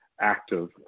active